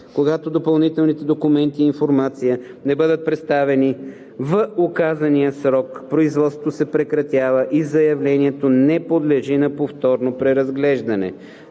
Когато допълнителните документи и информация не бъдат представени в указания срок, производството се прекратява и заявлението не подлежи на повторно преразглеждане.